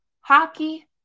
Hockey